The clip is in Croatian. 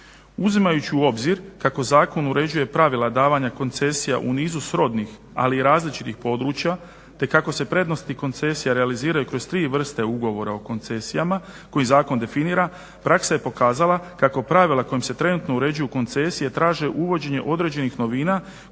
Uzimajući u obzir kako zakon uređuje pravila davanja koncesija u nizu srodnih, ali različitih područja, te kako se prednosti koncesija realiziraju kroz tri vrste ugovora o koncesijama koje zakon definira praksa je pokazala kako pravila kojima se trenutno uređuju koncesije traže uvođenje određenih novinama kojima će se umanjiti